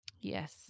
Yes